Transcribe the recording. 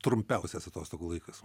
trumpiausias atostogų laikas